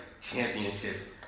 championships